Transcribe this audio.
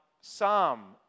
Psalm